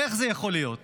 איך זה יכול להיות